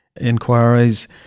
Inquiries